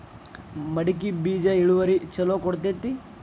ಮಡಕಿ ಬೇಜ ಇಳುವರಿ ಛಲೋ ಕೊಡ್ತೆತಿ?